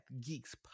Geeks